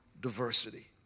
diversity